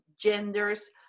genders